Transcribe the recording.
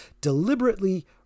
deliberately